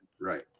Right